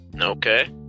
Okay